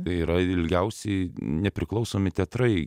yra ilgiausiai nepriklausomi teatrai